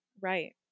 Right